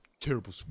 Terrible